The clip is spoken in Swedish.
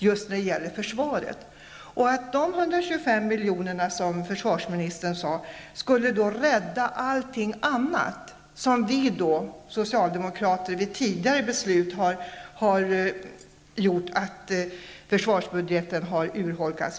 Enligt försvarsministern skulle dessa insparade 125 miljoner täcka upp alla de luckor som vi socialdemokrater genom tidigare beslut har urholkat ur försvarsbudgeten.